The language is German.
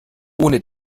ohne